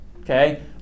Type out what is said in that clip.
okay